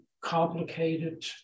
complicated